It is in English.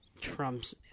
Trump's